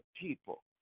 people